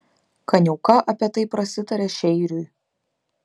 kaniauka apie tai prasitarė šeiriui